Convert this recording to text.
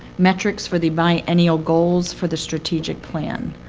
metrics for the biennial goals for the strategic plan.